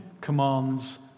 commands